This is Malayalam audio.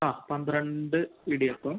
ആ പന്ത്രണ്ട് ഇടിയപ്പം